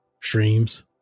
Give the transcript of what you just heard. streams